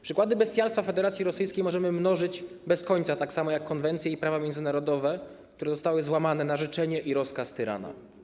Przykłady bestialstwa Federacji Rosyjskiej możemy mnożyć bez końca, tak samo jak konwencje i prawa międzynarodowe, które zostały złamane na życzenie i rozkaz tyrana.